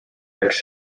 läks